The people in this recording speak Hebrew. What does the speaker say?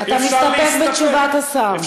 אתה מסתפק בתשובת השר.